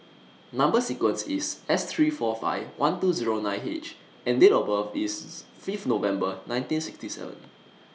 Number sequence IS S three four five one two Zero nine H and Date of birth IS Fifth November nineteen sixty seven